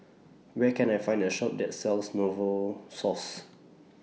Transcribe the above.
Where Can I Find A Shop that sells Novosource